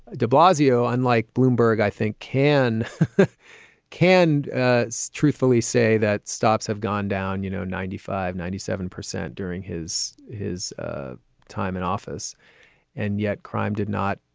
de blasio, unlike bloomberg, i think can can ah so truthfully say that stops have gone down, you know, ninety five, ninety seven percent during his his ah time in office and yet crime did not,